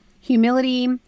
humility